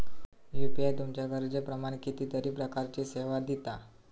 UPI तुमच्या गरजेप्रमाण कितीतरी प्रकारचीं सेवा दिता